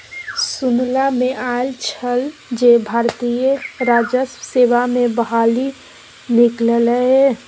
सुनला मे आयल छल जे भारतीय राजस्व सेवा मे बहाली निकललै ये